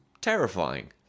terrifying